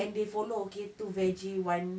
and they follow okay two veggie one